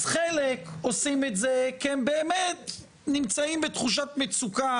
אז חלק עושים את זה כי הם באמת נמצאים בתחושת מצוקה